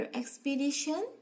expedition